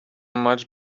much